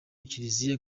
kiliziya